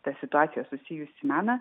ta situacija susijusį meną